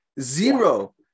zero